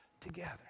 together